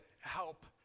help